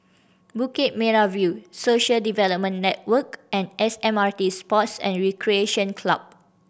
Bukit Merah View Social Development Network and S M R T Sports and Recreation Club